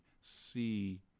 see